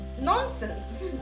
nonsense